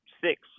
six